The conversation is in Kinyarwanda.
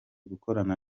gukorana